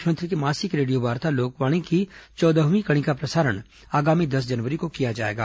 मुख्यमंत्री की मासिक रेडियो वार्ता लोकवाणी की चौदहवीं कड़ी का प्रसारण आगामी दस जनवरी को किया जाएगा